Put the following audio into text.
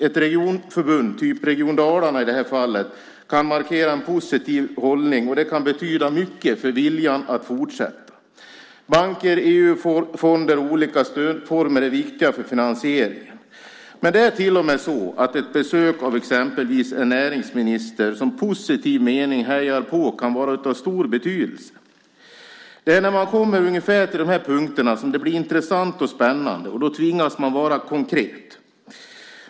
Ett regionförbund, i det här fallet Region Dalarna, kan markera en positiv hållning, vilket kan betyda mycket för viljan att fortsätta. Banker, EU-fonder och olika stödformer är viktiga för finansieringen. Till och med kan ett besök av exempelvis en näringsminister, som i positiv mening hejar på, vara av stor betydelse. Det är när man kommer till ungefär dessa punkter som det hela blir intressant och spännande. Då tvingas man vara konkret.